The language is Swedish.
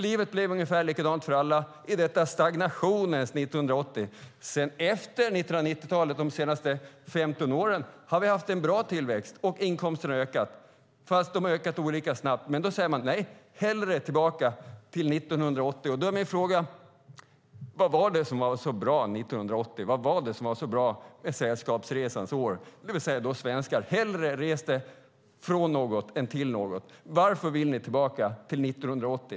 Livet blev ungefär likadant för alla detta stagnationens år, 1980. Efter 1990-talet, under de senaste 15 åren, har vi haft en bra tillväxt och inkomsterna har ökat men olika snabbt. Då säger man: Nej, hellre tillbaka till 1980. Därför frågar jag: Vad var det som var så bra 1980? Vad var det som var så bra Sällskapsresans år när svenskar hellre reste från något än till något? Varför vill ni tillbaka till 1980?